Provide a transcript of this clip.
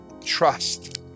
trust